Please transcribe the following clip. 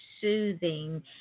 Soothing